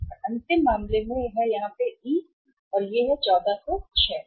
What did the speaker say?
और अंतिम मामले में ई यहाँ ई तो यह 1406 था